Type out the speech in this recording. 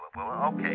okay